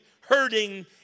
hurting